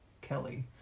Kelly